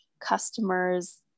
customers